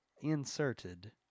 inserted